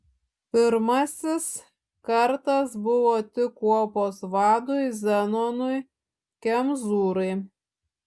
pirmasis kartas buvo tik kuopos vadui zenonui kemzūrai